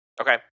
Okay